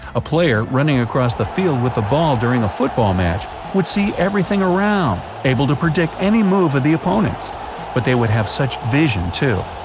a player running across the field with the ball during a football match would see everything around, able to predict any move of the opponents but they would have such vision too.